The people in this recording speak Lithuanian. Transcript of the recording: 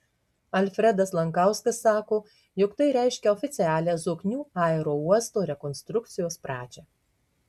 alfredas lankauskas sako jog tai reiškia oficialią zoknių aerouosto rekonstrukcijos pradžią